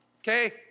Okay